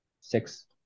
six